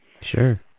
Sure